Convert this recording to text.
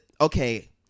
okay